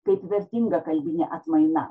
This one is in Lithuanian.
kaip vertinga kalbinė atmaina